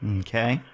okay